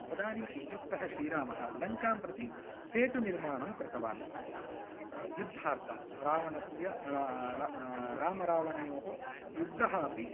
तदानीम् उद्युक्तः श्रीरामः लङ्कां प्रति सेतुनिर्माणं कृतवान् युद्धार्तं रावणस्य रामरावणयोः युद्धः अपि